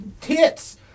tits